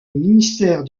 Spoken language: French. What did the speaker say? ministère